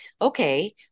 okay